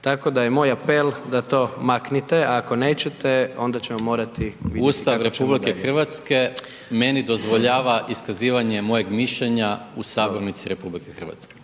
Tako da je moj apel da to maknite a ako nećete onda ćemo morati vidjeti kako ćemo dalje. **Maras, Gordan (SDP)** Ustav RH meni dozvoljava iskazivanje mojeg mišljenja u sabornici RH.